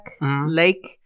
Lake